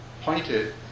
Pointed